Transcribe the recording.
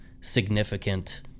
significant